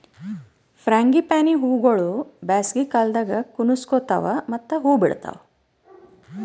frangipani ಹೂವುಗೊಳ್ ಬ್ಯಾಸಗಿ ಕಾಲದಾಗ್ ಕನುಸ್ಕೋತಾವ್ ಮತ್ತ ಹೂ ಬಿಡ್ತಾವ್